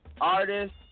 artist